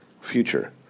future